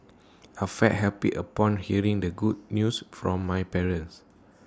I felt happy upon hearing the good news from my parents